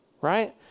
Right